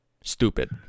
stupid